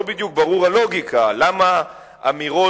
לא בדיוק ברורה הלוגיקה, למה אמירות